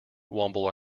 womble